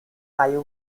cayuga